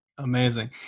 Amazing